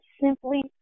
simply